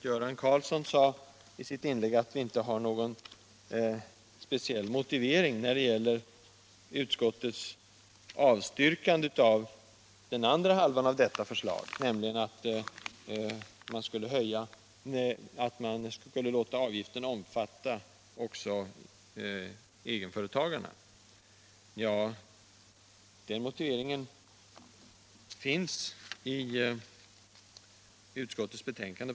Göran Karlsson sade att vi inte har någon speciell motivering när det gäller utskottets avstyrkande av den andra halvan av detta förslag, dvs. att avgiften skulle omfatta också egenföretagarna. Jo, motiveringen finns på s. 15 i utskottets betänkande.